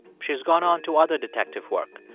she's gone on to other detective work.